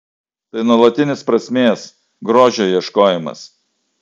tai nuolatinis prasmės grožio ieškojimas